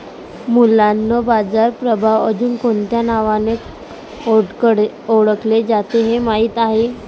मुलांनो बाजार प्रभाव अजुन कोणत्या नावाने ओढकले जाते हे माहित आहे?